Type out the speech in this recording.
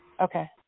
Okay